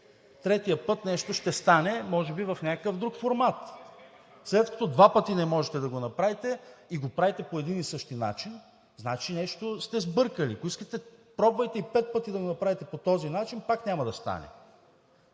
третия път нещо ще стане може би в някакъв друг формат?! След като два пъти не можахте да го направите, и го правите по един и същи начин, значи нещо сте сбъркали. Ако искате, пробвайте и пет пъти да го направите по този начин – пак няма да стане.